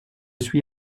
suis